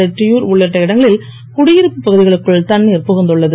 ரெட்டியூர் உள்ளிட்ட இடங்களில் குடியிருப்பு பகுதிகளுக்குன் தண்ணீர் புகுந்துள்ளது